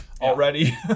already